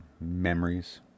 memories